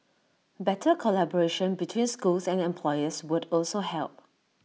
better collaboration between schools and employers would also help